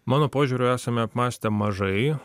mano požiūriu esame apmąstę mažai